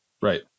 Right